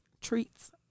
treats